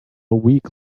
week